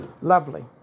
Lovely